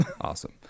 Awesome